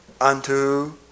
unto